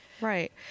Right